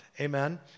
amen